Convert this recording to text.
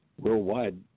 worldwide